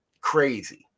crazy